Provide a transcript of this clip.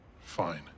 Fine